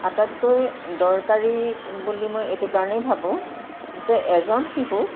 আটাইতকৈ দৰকাৰী বুলি মই এইটো কাৰণেই ভাবোঁ যে এজন শিশু